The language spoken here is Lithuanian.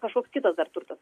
kažkoks kitas dar turtas